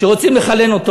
שרוצים לחלן אותו.